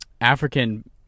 African